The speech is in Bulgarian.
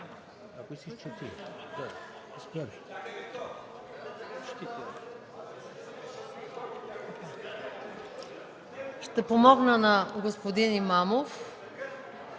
Ще помогна на господин Имамов.